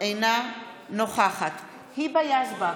אינה נוכחת היבה יזבק,